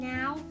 Now